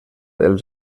els